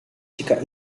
jika